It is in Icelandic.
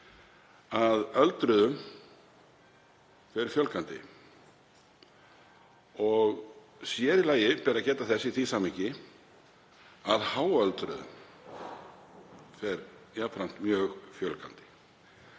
að öldruðum fer fjölgandi og sér í lagi ber að geta þess í því samhengi að háöldruðum fer jafnframt mjög fjölgandi.